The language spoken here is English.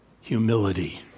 humility